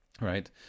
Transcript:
right